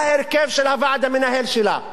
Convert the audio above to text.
מה ההרכב של הוועד המנהל שלה?